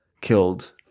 killed